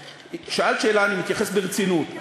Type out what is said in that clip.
שאלת שאלה, אני מתייחס ברצינות.